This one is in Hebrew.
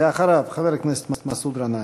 ואחריו, חבר הכנסת מסעוד גנאים.